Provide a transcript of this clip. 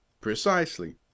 Precisely